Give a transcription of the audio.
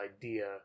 idea